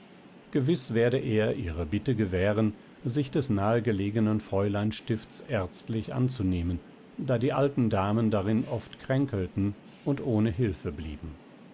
gewiß werde er ihre bitte gewähren sich des nahe gelegenen fräuleinstifts ärztlich anzunehmen da die alten damen darin oft kränkelten und ohne hilfe blieben